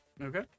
Okay